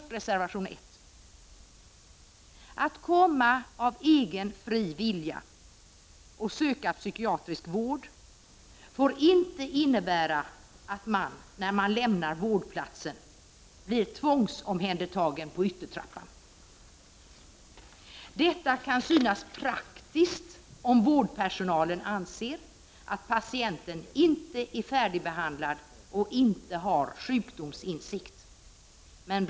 Reservation nr I handlar om att när man av egen fri vilja söker psykiatrisk vård, får det inte medföra att man blir tvångsomhändertagen på yttertrappan när man vill lämna vårdplatsen. Detta kan synas praktiskt om vårdpersonalen anser att patienten inte är färdigbehandlad och inte har sjukdomsinsikt.